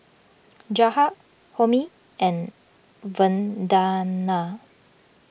Jahat Homi and Vandana